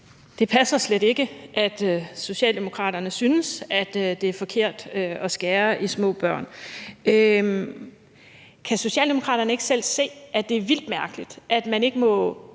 det passer slet ikke, at Socialdemokraterne synes, at det er forkert at skære i små børn. Kan Socialdemokraterne ikke selv se, at det er vildt mærkeligt, at man ikke må